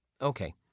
Okay